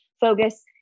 focus